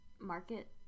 market